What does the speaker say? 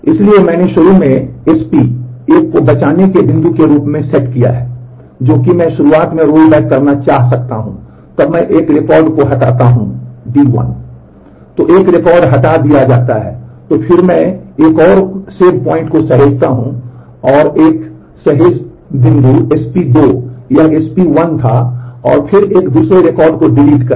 इसलिए मैंने शुरू में SP एक को बचाने के बिंदु के रूप में सेट किया है जो कि मैं शुरुआत में रोलबैक करना चाह सकता हूं जब मैं एक रिकॉर्ड को हटाता हूं I D 1 तो 1 रिकॉर्ड हटा दिया जाता है तो मैं फिर से एक और बचत बिंदु करें